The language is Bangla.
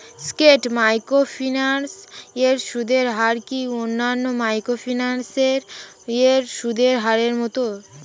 স্কেট মাইক্রোফিন্যান্স এর সুদের হার কি অন্যান্য মাইক্রোফিন্যান্স এর সুদের হারের মতন?